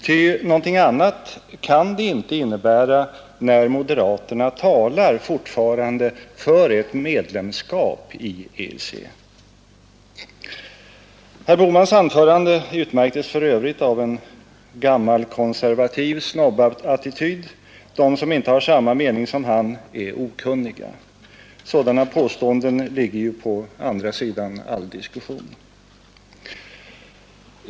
Ty någonting annat kan det inte innebära när moderaterna fortfarande talar för ett medlemskap i EEC! Herr Bohmans anförande utmärktes för övrigt av en gammalkonservativ snobbattityd — de som inte har samma mening som han är okunniga. Sådana påståenden ligger ju på andra sidan all diskussion.